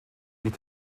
sich